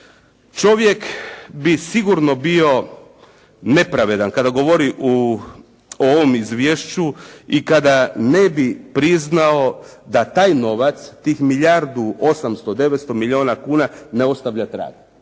Čovjek bi sigurno bio nepravedan kada govori o ovom izvješću i kada ne bi priznao da taj novac tih milijardu 800, 900 milijuna kuna ne ostavlja trag.